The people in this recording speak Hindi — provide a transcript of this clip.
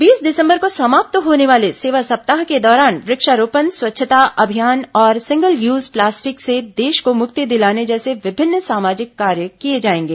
बीस सितम्बर को समाप्त होने वाले सेवा सप्ताह के दौरान वृक्षारोपण स्वच्छता अभियान और सिंगल यूज प्लास्टिक से देश को मुक्ति दिलाने जैसे विभिन्न सामाजिक कार्य किए जाएंगे